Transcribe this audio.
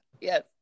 Yes